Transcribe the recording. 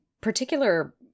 particular